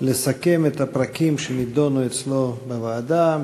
לסכם את הפרקים מתוך חוק ההסדרים שנדונו אצלו בוועדה.